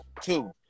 Two